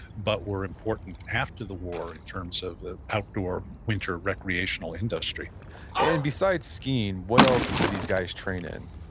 but were important after the war in terms of the outdoor winter recreational industry and besides skiing, what else did these guys train in?